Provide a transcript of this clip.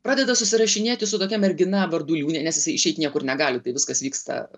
pradeda susirašinėti su tokia mergina vardu liūnė nes jisai išeit niekur negali tai viskas vyksta